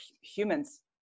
humans